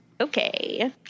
Okay